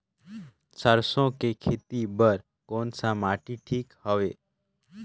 सरसो के खेती बार कोन सा माटी ठीक हवे?